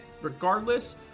regardless